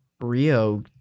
Rio